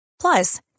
Plus